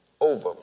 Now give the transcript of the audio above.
over